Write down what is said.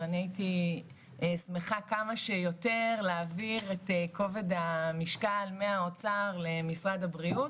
אבל אני הייתי שמחה כמה שיותר להעביר את כובד המשקל מהאוצר למשרד הבריאות